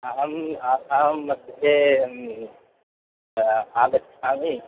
अहम् आसां मध्ये आगच्छामि